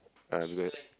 I'm good